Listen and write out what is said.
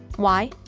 why?